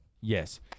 Yes